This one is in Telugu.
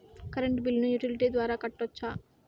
కరెంటు బిల్లును యుటిలిటీ ద్వారా కట్టొచ్చా?